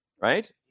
right